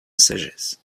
sagesse